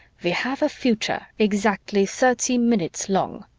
we have a future exactly thirty minutes long.